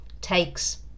takes